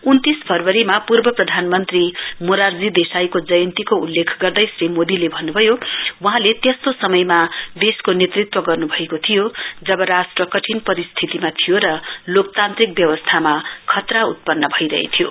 उन्नीस फरवरीमा पूर्व प्रधानमन्त्री मोरारजी देशाईको जयन्तीको उल्लेख गर्दै श्री मोदीले भन्नुभयो वहाँले त्यस्तो समयमा देशको नेत्रत्व गर्नुभएको थियो जब राष्ट्र कठिन परिस्थितिमा थियो र लोकतान्त्रिक व्यवस्थामा खतरा उत्पन्न भइरहेथ्यो